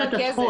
יש פניות,